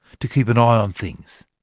to keep an eye on things.